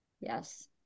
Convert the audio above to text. Yes